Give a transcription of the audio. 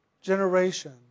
generation